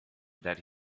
that